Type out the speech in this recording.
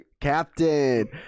Captain